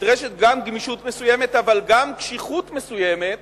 נדרשת גם גמישות מסוימת, אבל גם קשיחות מסוימת,